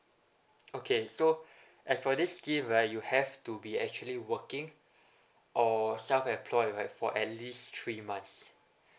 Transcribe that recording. okay so as for this scheme right you have to be actually working or self employed right for at least three months